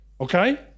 Okay